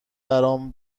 برام